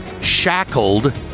shackled